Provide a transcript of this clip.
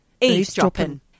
eavesdropping